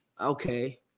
Okay